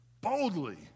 boldly